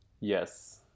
Yes